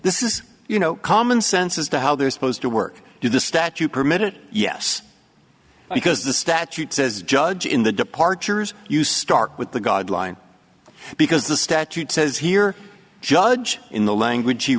this is you know common sense as to how they're supposed to work to the statue permitted yes because the statute says judge in the departures you start with the god line because the statute says here judge in the language